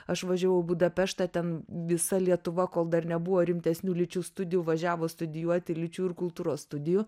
aš važiavau į budapeštą ten visa lietuva kol dar nebuvo rimtesnių lyčių studijų važiavo studijuoti lyčių ir kultūros studijų